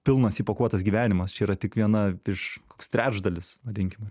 pilnas įpakuotas gyvenimas čia yra tik viena iš koks trečdalis vadinkim